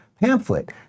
pamphlet